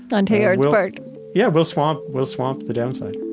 on teilhard's part yeah. we'll swamp we'll swamp the down side